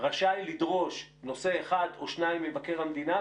רשאי לדרוש נושא אחד או שניים ממבקר המדינה,